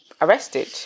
arrested